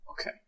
Okay